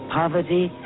poverty